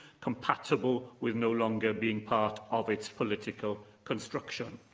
compatible with no longer being part of its political construction.